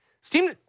steam